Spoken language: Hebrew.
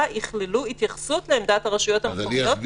יכללו התייחסות לעמדת הרשויות המקומיות,